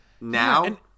now